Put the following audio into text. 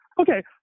okay